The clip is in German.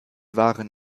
waren